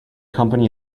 company